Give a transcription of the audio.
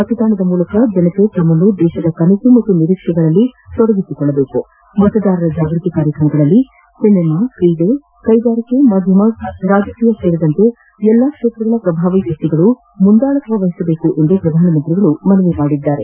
ಮತದಾನದ ಮೂಲಕ ಜನರು ತಮ್ಮನ್ನು ದೇಶದ ಕನಸು ಹಾಗೂ ನಿರೀಕ್ಷೆಗಳಲ್ಲಿ ತೊಡಗಿಸಿಕೊಳ್ಳಬೇಕು ಮತದಾರರ ಜಾಗೃತಿ ಕಾರ್ಯಕ್ರಮಗಳಲ್ಲಿ ಸಿನಿಮಾ ಕ್ರೀಡೆ ಕೈಗಾರಿಕೆ ಮಾಧ್ಯಮ ರಾಜಕೀಯ ಸೇರಿದಂತೆ ಎಲ್ಲ ಕ್ಷೇತ್ರಗಳ ಪ್ರಭಾವಿ ವ್ಯಕ್ತಿಗಳು ಮುಂದಾಳತ್ವ ವಹಿಸಬೇಕು ಎಂದು ಪ್ರಧಾನಮಂತ್ರಿ ಮನವಿ ಮಾಡಿದ್ದಾರೆ